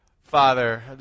Father